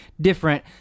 different